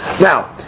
Now